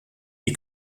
est